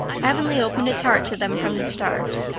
avonlea opened its heart to them from the start.